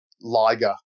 Liger